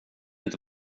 inte